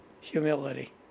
Humility